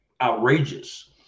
outrageous